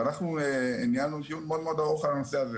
אנחנו ניהלנו דיון מאוד מאוד ארוך על הנושא הזה,